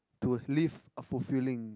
to live a fulfilling